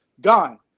gone